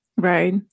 Right